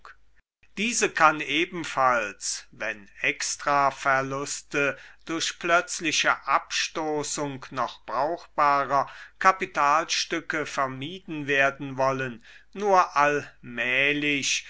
diese kann ebenfalls wenn extraverluste durch plötzliche abstoßung noch brauchbarer kapitalstücke vermieden werden wollen nur allmählich